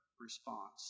response